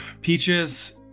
Peaches